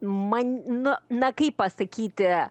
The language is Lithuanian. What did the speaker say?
man nu na kaip pasakyti